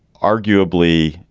arguably,